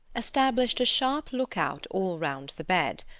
established a sharp look-out all round the bed.